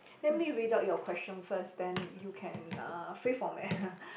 let me read out your question first then you can uh free for me